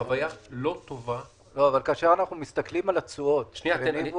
כאשר אנחנו מסתכלים על התשואות של המוסדיים